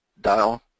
dial